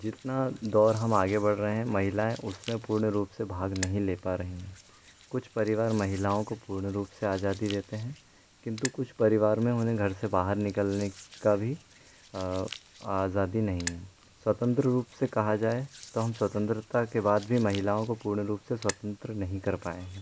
जितना दौर हम आगे बढ़ रहे हैं महिलाएँ उसमें पूर्ण रूप से भाग नहीं ले पा रही हैं कुछ परिवार महिलाओं को पूर्ण रूप से आजादी देते हैं किंतु कुछ परिवार में उन्हें घर से बाहर निकलने का भी आजादी नहीं हैं स्वतंत्र रूप से कहा जाए तो हम स्वतंत्रता के बाद भी महिलाओं को पूर्ण रूप से स्वतंत्र नहीं कर पाए हैं